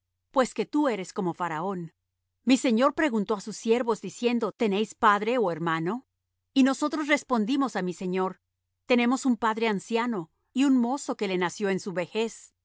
pues que tú eres como faraón mi señor preguntó á sus siervos diciendo tenéis padre ó hermano y nosotros respondimos á mi señor tenemos un padre anciano y un mozo que le nació en su vejez